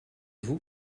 vous